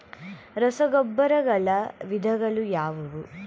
ರಸಗೊಬ್ಬರಗಳ ವಿಧಗಳು ಯಾವುವು?